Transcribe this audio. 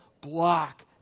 block